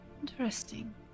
Interesting